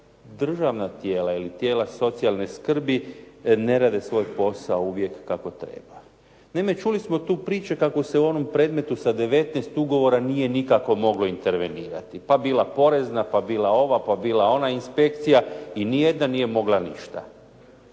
državna tijela ili tijela socijalne skrbi ne rade svoj posao uvijek kako treba. Naime, čuli smo tu priče kako se u onom predmetu sa 19 ugovora nije nikako moglo intervenirati. Pa bila porezna, pa bila ova, pa bila ona inspekcija i nijedna nije mogla ništa.